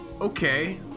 Okay